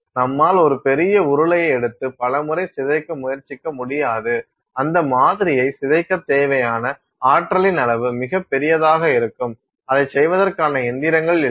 நம்மால் ஒரு பெரிய உருளையை எடுத்து பல முறை சிதைக்க முயற்சிக்க முடியாது அந்த மாதிரியை சிதைக்கத் தேவையான ஆற்றலின் அளவு மிகப் பெரியதாக இருக்கும் அதைச் செய்வதற்கான இயந்திரங்கள் இல்லை